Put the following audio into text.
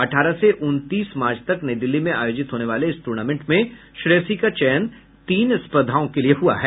अठारह से उनतीस मार्च तक नई दिल्ली में आयोजित होने वाले इस टूर्नामेंट में श्रेयसी का चयन तीन स्पर्धाओं के लिए हुआ है